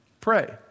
pray